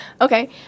Okay